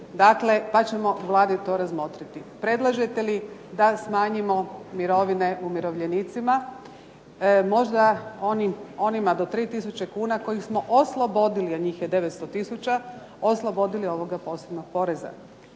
dakle pa ćemo u Vladi to razmotriti. Predlažete li da smanjimo mirovine umirovljenicima? Možda onima do 3000 kn koje smo oslobodili, a njih je 900000, oslobodili ovog posebnog poreza